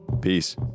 Peace